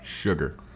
Sugar